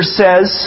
says